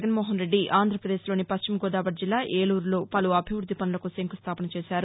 జగన్నోహన్ రెడ్డి ఆంధ్రప్రదేశ్లోని పశ్చిమ గోదావరి జిల్లా ఏలూరులో ను పలు అభివృద్ది పనులకు శంకుస్థాపన చేశారు